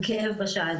כאב בשד,